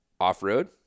off-road